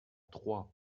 troyes